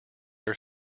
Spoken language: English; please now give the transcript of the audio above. are